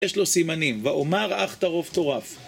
יש לו סימנים, ואומר אך תרוף טורף.